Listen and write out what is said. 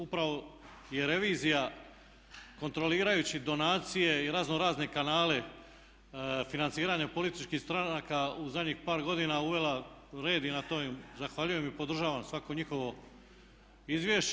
Upravo je revizija kontrolirajući donacije i raznorazne kanale financiranja političkih stranaka u zadnjih par godina uvela red i na tome im zahvaljujem i podržavam svako njihovo izvješće.